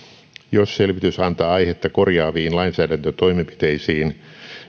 jos selvitys antaa aihetta korjaaviin lainsäädäntötoimenpiteisiin